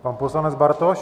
Pan poslanec Bartoš?